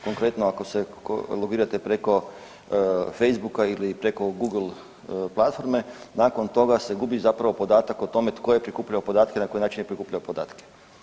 Konkretno, ako se logirate preko Facebooka ili preko Google platforme, nakon toga se gubi zapravo podatak o tome tko je prikupljao podatke i na koji način je prikupljao podatke.